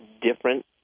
different